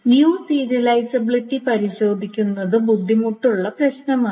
view serializability പരിശോധിക്കുന്നത് ബുദ്ധിമുട്ടുള്ള പ്രശ്നമാണ്